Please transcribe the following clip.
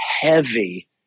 heavy